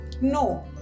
no